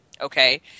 Okay